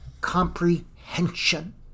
comprehension